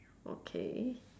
okay